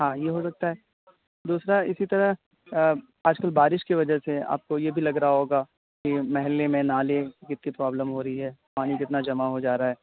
ہاں یہ ہو سکتا ہے دوسرا اسی طرح آج کل بارش کی وجہ سے آپ کو یہ بھی لگ رہا ہوگا کہ محلے میں نالے بھی کی پرابلم ہو رہی ہے پانی کتنا جمع ہو جا رہا ہے